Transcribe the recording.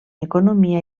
economia